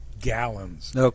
gallons